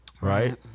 right